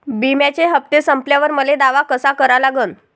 बिम्याचे हप्ते संपल्यावर मले दावा कसा करा लागन?